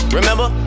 Remember